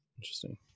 interesting